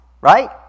right